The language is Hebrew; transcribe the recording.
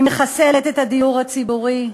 היא מחסלת את הדיור הציבורי.